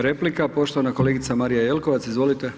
Replika poštovana kolegica Marija Jelkovac, izvolite.